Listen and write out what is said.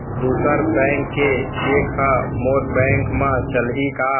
दूसर बैंक के चेक ह मोर बैंक म चलही का?